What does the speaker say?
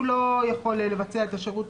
הוא לא יכול לבצע את השירות